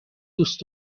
دوست